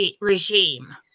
regime